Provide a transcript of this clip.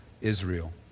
Israel